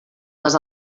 les